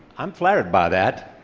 i'm flattered by that